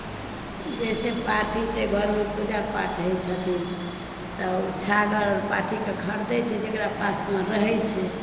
जैसे पाठी छै घरमे पूजा पाठ होइ छथिन तऽ छागर पाठीकेँ खरीदैत छै जकरा पासमे रहै छै